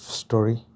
story